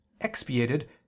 expiated